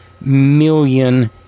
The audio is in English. million